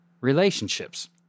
relationships